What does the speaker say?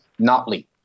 Notley